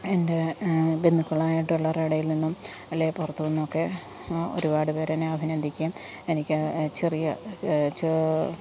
എൻ്റെ ബന്ധുക്കളായിട്ട് ഉള്ളവരുടെ ഇടയിൽ നിന്നും അല്ലെങ്കിൽ പുറത്തുനിന്നൊക്കെ ഒരുപാട് പേർ എന്നെ അഭിനന്ദിക്കുവേം എനിക്ക് ചെറിയ ചോ